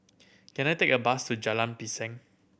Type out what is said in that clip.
can I take a bus to Jalan Pisang